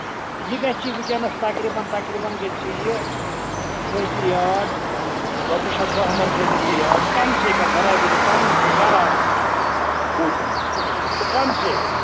یہِ گژھِی ؤنکیٚنس تَقریٖباً تَقریٖباً گژھِی یہِ ژٕ تھٲوِزِ یاد رۄپیہِ شَتھ دَاہ مَرٕ تھٲوِزِ ژٕ یاد کَم سے کَم برادٔری پَنُن گرٕ آسنہٕ موٗجوٗب فُٹ کَم سے کَم